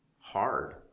hard